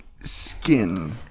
skin